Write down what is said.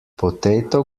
potato